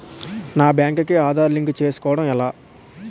నా బ్యాంక్ కి ఆధార్ లింక్ చేసుకోవడం ఎలా?